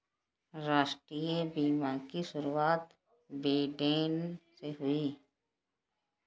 राष्ट्रीय बीमा की शुरुआत ब्रिटैन से हुई